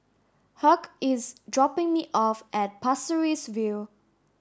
Hugh is dropping me off at Pasir Ris View